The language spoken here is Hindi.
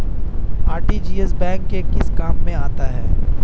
आर.टी.जी.एस बैंक के किस काम में आता है?